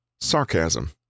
Sarcasm